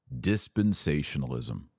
dispensationalism